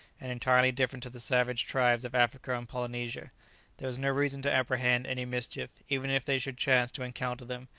and entirely different to the savage tribes of africa and polynesia there was no reason to apprehend any mischief, even if they should chance to encounter them,